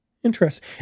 Interesting